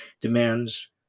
demands